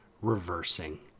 reversing